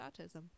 autism